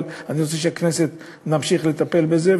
אבל אני רוצה שהכנסת תמשיך לטפל בזה,